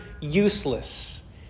useless